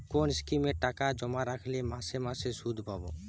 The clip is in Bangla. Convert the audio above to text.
কোন স্কিমে টাকা জমা রাখলে মাসে মাসে সুদ পাব?